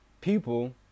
people